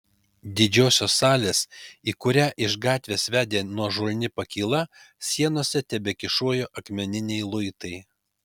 didžiosios salės į kurią iš gatvės vedė nuožulni pakyla sienose tebekyšojo akmeniniai luitai